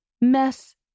mess